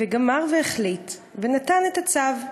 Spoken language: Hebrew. / וגמר והחליט ונתן את הצו,